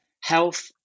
health